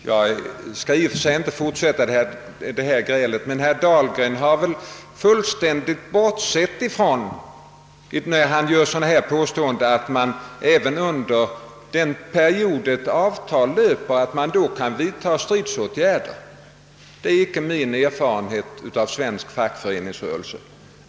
Herr talman! Jag skall inte fortsätta detta gräl. Men herr Dahlgren har, när han gör sina påståenden, fullständigt bortsett ifrån att man inte under den period ett avtal löper vidtar stridsåtgärder. Det är åtminstone inte min erfarenhet av svensk fackföreningsrörelse.